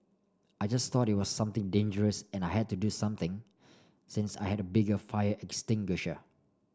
I just thought it was something dangerous and I had to do something since I had a bigger fire extinguisher